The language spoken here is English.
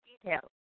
details